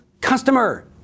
customer